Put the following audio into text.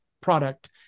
product